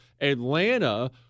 Atlanta